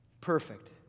Perfect